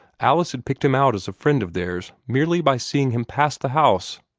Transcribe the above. alice had picked him out as a friend of theirs merely by seeing him pass the house.